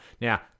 Now